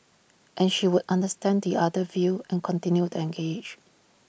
and she would understand the other view and continue to engage